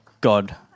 God